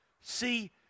See